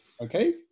Okay